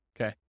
Okay